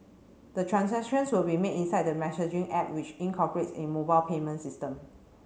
the transactions will be made inside the messaging app which incorporates a mobile payment system